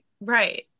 Right